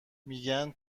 میگن